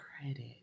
credit